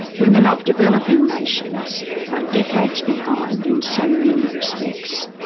women of developing nations are decades behind, in so many respects.